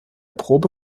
probe